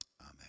amen